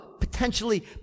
potentially